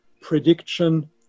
prediction